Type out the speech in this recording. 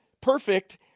perfect